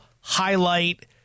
highlight